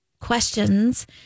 questions